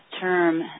term